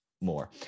more